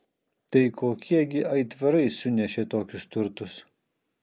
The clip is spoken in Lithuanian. tai kokie gi aitvarai sunešė tokius turtus